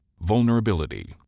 Vulnerability